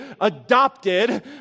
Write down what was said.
adopted